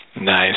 Nice